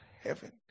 heaven